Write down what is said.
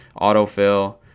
autofill